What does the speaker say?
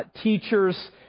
teachers